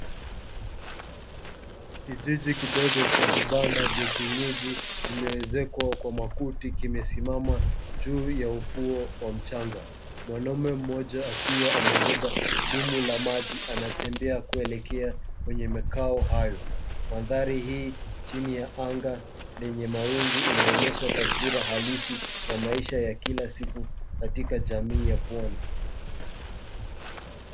Kijiji kidogo cha vibanda vya kienyeji vilivyoezekwa kwa makuti kimesimama juu ya ufuo wa mchanga. Mwanamume mmoja akiwa amebeba dumu la maji anatembea kuelekea kwenye makao hayo. Mandhari hii, chini ya anga lenye mawingu, inaonyesha taswira halisi ya maisha ya kila siku katika jamii ya pwani.